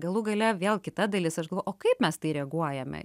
galų gale vėl kita dalis aš galvoju o kaip mes į tai reaguojame